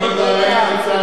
אני מברך את שר הביטחון,